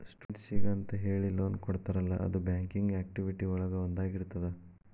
ಸ್ಟೂಡೆಂಟ್ಸಿಗೆಂತ ಹೇಳಿ ಲೋನ್ ಕೊಡ್ತಾರಲ್ಲ ಅದು ಬ್ಯಾಂಕಿಂಗ್ ಆಕ್ಟಿವಿಟಿ ಒಳಗ ಒಂದಾಗಿರ್ತದ